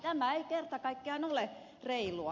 tämä ei kerta kaikkiaan ole reilua